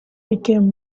became